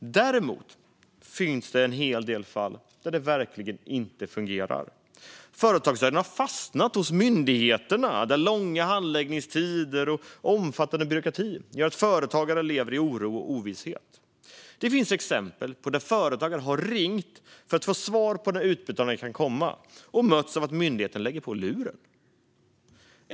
Däremot finns det en hel del fall där det verkligen inte fungerar. Företagsstöden har fastnat hos myndigheterna, där långa handläggningstider och omfattande byråkrati gör att företagare lever i oro och ovisshet. Det finns exempel på företagare som har ringt för att få svar på när utbetalningarna kan komma och som har mötts av att myndigheten har lagt på luren.